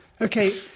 okay